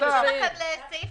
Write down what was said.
של סעיף